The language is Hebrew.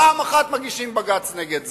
פעם אחת מגישים בג"ץ נגד זה.